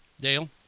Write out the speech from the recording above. Dale